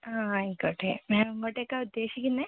ആ ആയിക്കോട്ടെ മാം എങ്ങോട്ടേക്കാണ് ഉദ്ദേശിക്കുന്നത്